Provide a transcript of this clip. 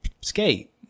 skate